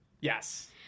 Yes